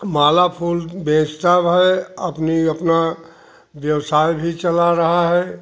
माला फुल बेचता वह अपनी अपना व्यवसाय भी चला रहा है